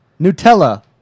Nutella